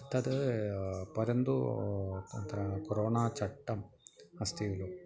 तद् परन्तु तत्र कोरोना चट्टम् अस्ति खलु